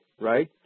right